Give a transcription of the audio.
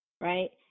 right